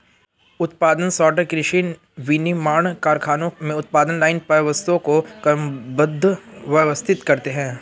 उत्पादन सॉर्टर कृषि, विनिर्माण कारखानों में उत्पादन लाइन पर वस्तुओं को क्रमबद्ध, व्यवस्थित करते हैं